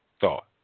thought